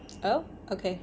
oh okay